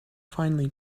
finely